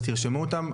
אז תרשמו אותם,